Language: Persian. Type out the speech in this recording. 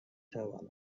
تواند